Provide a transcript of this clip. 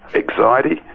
anxiety,